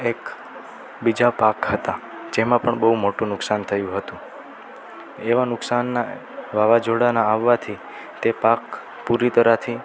એક બીજા પાક હતા જેમાં પણ બહું મોટું નુકશાન થયું હતું એવાં નુકશાનનાં વાવાઝોડાનાં આવવાંથી તે પાક પૂરી તરાથી